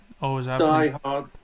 Die-hard